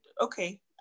Okay